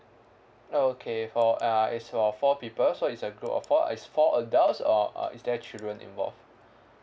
okay for uh it's for four people so it's a group of four it's four adults or uh is there a children involved